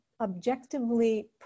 objectively